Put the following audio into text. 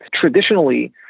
traditionally